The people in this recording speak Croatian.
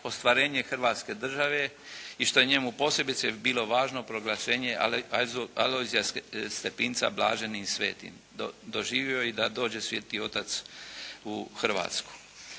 ostvarenje Hrvatske države i što je njemu posebice bilo važno proglašenje Alojzija Stepinca blaženim i svetim. Doživio je i da dođe Sveti Otac u Hrvatsku.